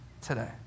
today